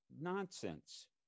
nonsense